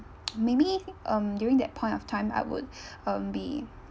maybe um during that point of time I would um be